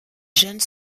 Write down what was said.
jeunes